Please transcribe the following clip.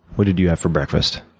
what did you have for breakfast?